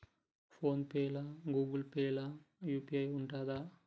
Phone pay లా Google Pay లా UPI ఉంటదా?